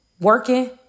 working